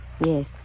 Yes